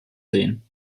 sehen